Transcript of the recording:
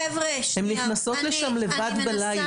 בלילה הן נכנסות לשם לבד.